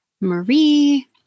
Marie